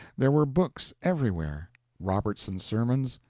there were books everywhere robertson's sermons,